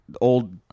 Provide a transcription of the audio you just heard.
old